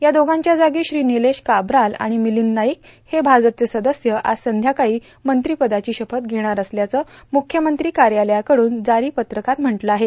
या दोघांच्या जागी श्री नीलेश काब्राल आणि श्री मिलिंद नाईक हे भाजपचे सदस्य आज संध्याकाळी मंत्रिपदाची शपथ घेणार असल्याचं मुख्यमंत्री कार्यालयाकडून जारी पत्रकात म्हटलं आहे